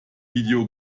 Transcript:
video